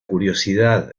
curiosidad